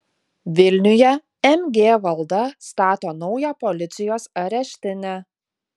vilniuje mg valda stato naują policijos areštinę